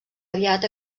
aviat